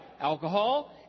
alcohol